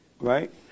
Right